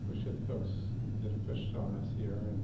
appreciate the folks that have pushed on us here. and